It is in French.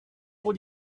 gros